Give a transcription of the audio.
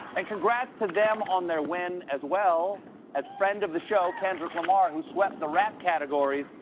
and congrats to them on their win, as well as friend of the show kendrick lamar, who swept the rap categories.